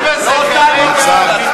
אתה לא שר האוצר.